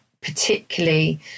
particularly